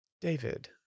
David